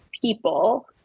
people